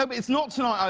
um it's not tonight i